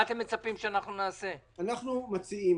אנחנו מציעים,